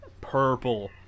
purple